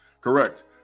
Correct